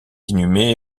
inhumé